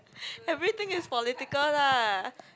everything is political lah